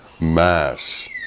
mass